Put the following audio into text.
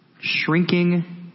Shrinking